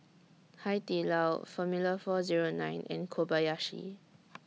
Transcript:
Hai Di Lao Formula four Zero nine and Kobayashi